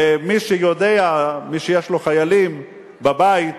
ומי שיודע, מי שיש לו חיילים בבית,